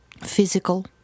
physical